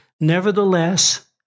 Nevertheless